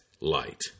light